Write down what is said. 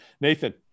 Nathan